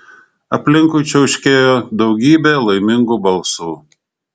aplinkui čiauškėjo daugybė laimingų balsų